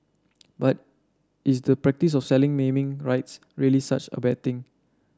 but is the practice of selling naming rights really such a bad thing